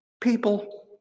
people